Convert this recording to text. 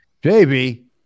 Baby